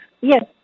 Yes